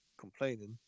complaining